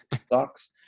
sucks